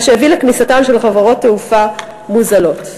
מה שהביא לכניסתן של חברות תעופה מוזלות.